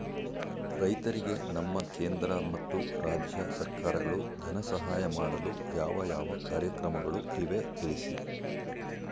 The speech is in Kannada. ರೈತರಿಗೆ ನಮ್ಮ ಕೇಂದ್ರ ಮತ್ತು ರಾಜ್ಯ ಸರ್ಕಾರಗಳು ಧನ ಸಹಾಯ ಮಾಡಲು ಯಾವ ಯಾವ ಕಾರ್ಯಕ್ರಮಗಳು ಇವೆ ತಿಳಿಸಿ?